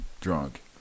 drunk